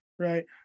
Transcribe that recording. Right